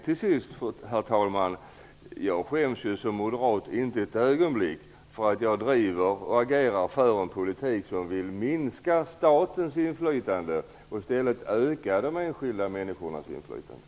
Till sist: Som moderat skäms jag inte ett ögonblick för att jag driver och agerar för en politik som går ut på att minska statens inflytande och i stället öka de enskilda människornas inflytande.